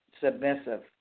submissive